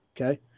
okay